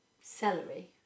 celery